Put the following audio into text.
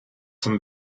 some